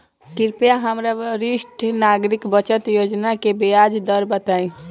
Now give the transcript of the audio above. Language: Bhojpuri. कृपया हमरा वरिष्ठ नागरिक बचत योजना के ब्याज दर बताइं